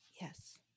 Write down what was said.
yes